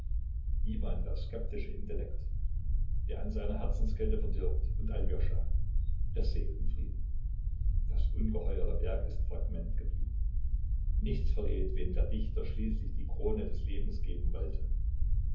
iwan der skeptische intellekt der an seiner herzenskälte verdirbt und aljoscha der seelenfrieden das ungeheure werk ist fragment geblieben nichts verrät wem der dichter schließlich die krone des lebens geben wollte